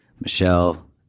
Michelle